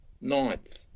ninth